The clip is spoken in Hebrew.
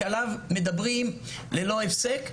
כי עליו מדברים ללא הפסק,